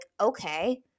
okay